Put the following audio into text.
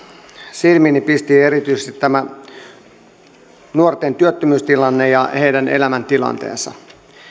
silmiini pisti erityisesti nuorten työttömyystilanne ja heidän elämäntilanteensa